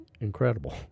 incredible